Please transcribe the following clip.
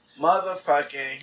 motherfucking